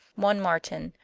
one martin,